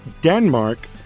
Denmark